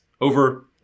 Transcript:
over